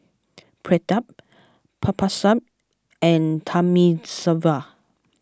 Pratap Babasaheb and Thamizhavel